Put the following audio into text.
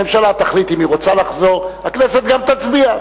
הממשלה תחליט אם היא רוצה לחזור, הכנסת גם תצביע.